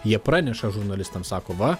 jie praneša žurnalistam sako va